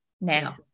now